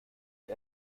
wie